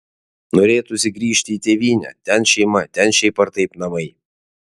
norėtųsi grįžti į tėvynę ten šeima ten šiaip ar taip namai